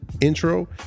intro